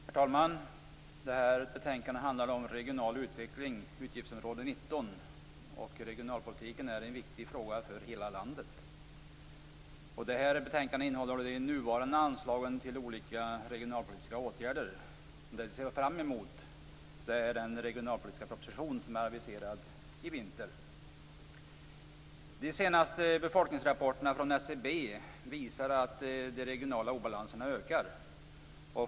Herr talman! Det här betänkandet handlar om regional utveckling, utgiftsområde 19. Regionalpolitiken är en viktig fråga för hela landet. Betänkandet innehåller de nuvarande anslagen till olika regionalpolitiska åtgärder. Det som jag nu ser fram emot är den regionalpolitiska proposition som är aviserad till vintern. De senaste befolkningsrapporterna från SCB visar att de regionala obalanserna ökar.